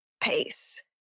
pace